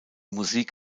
musik